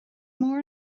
mór